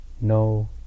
no